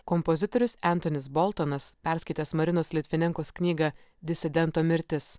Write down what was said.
kompozitorius entonis boltonas perskaitęs marinos litvinenkos knygą disidento mirtis